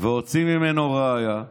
ראיה,